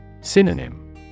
Synonym